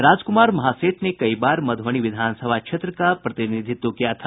राजकुमार महासेठ ने कई बार मध्बनी विधानसभा क्षेत्र का प्रतिनिधित्व किया था